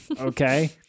okay